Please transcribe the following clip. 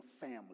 family